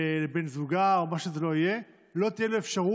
לבן זוגה או מה שזה לא יהיה, לא תהיה לו אפשרות